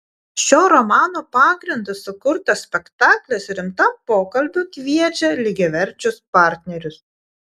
šio romano pagrindu sukurtas spektaklis rimtam pokalbiui kviečia lygiaverčius partnerius